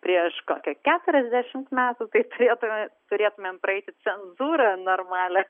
prieš kokią keturiasdešimt metų tai turėtume turėtumėm praeiti cenzūrą normalią